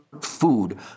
food